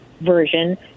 version